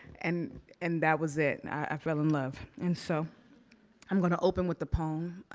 and and that was it, i fell in love. and so i'm gonna open with the poem,